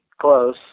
close